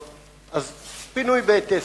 אז קודם פינוי בהיטס.